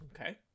Okay